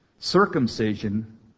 Circumcision